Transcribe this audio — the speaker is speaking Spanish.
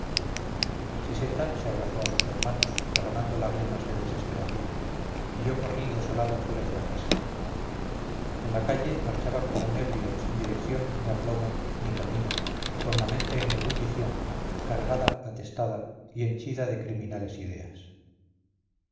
caritativa siseta se abrazó a sus hermanos derramando lágrimas de desesperación y yo corrí desolado fuera de la casa en la calle marchaba como un ebrio sin dirección ni aplomo ni camino y con la mente en ebullición cargada atestada y henchida de criminales ideas